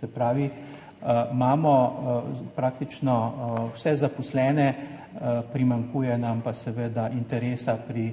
Se pravi, imamo praktično vse zaposlene, primanjkuje nam pa interesa pri